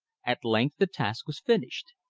at length the task was finished.